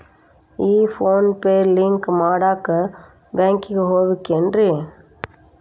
ಈ PhonePe link ಮಾಡಾಕ ಬ್ಯಾಂಕಿಗೆ ಹೋಗ್ಬೇಕೇನ್ರಿ?